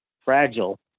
fragile